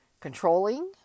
controlling